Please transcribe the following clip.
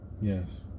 yes